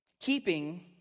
keeping